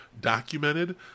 documented